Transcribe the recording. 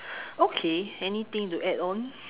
okay anything to add on